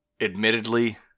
Admittedly